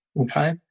Okay